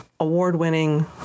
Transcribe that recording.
award-winning